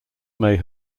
may